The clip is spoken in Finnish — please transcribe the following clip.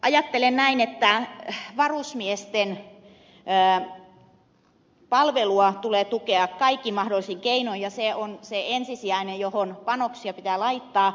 ajattelen näin että varusmiesten palvelua tulee tukea kaikin mahdollisin keinoin ja se on se ensisijainen mihin panoksia pitää laittaa